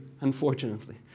unfortunately